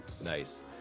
Nice